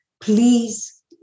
please